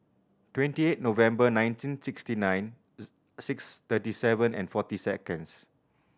twenty eight November nineteen sixty nine six thirty seven and forty seconds